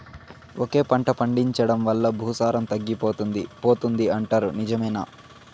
ఒకే పంట పండించడం వల్ల భూసారం తగ్గిపోతుంది పోతుంది అంటారు నిజమేనా